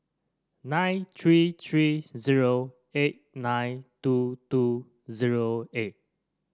nine three three zero eight nine two two zero eight